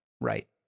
right